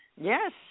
Yes